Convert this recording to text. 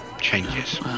changes